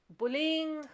bullying